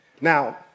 Now